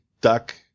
duck